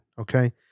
okay